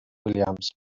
williams